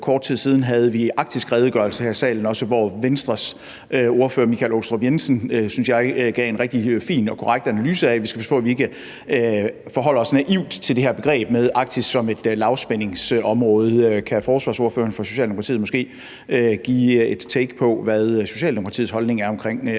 forhandlingen af den arktiske redegørelse her i salen, hvor Venstres ordfører, Michael Aastrup Jensen – synes jeg – gav en rigtig fin og korrekt analyse af, at vi skal passe på, at vi ikke forholder os naivt til det her begreb med Arktis som et lavspændingsområde. Kan forsvarsordføreren for Socialdemokratiet måske give et take på, hvad Socialdemokratiets holdning til Arktis